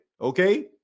okay